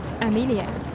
Amelia